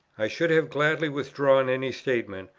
i should have gladly withdrawn any statement,